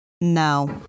No